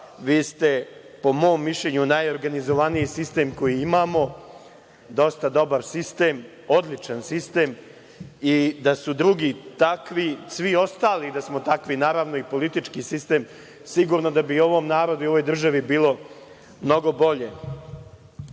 Vi ste po mom mišljenju najorganizovaniji sistem koji imamo, dosta dobar sistem. Odličan sistem. Da su drugi takvi, svi ostali da smo takvi, naravno i politički sistem, sigurno da bi ovom narodu i ovoj državi bilo mnogo bolje. Čast